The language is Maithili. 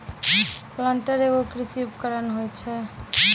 प्लांटर एगो कृषि उपकरण होय छै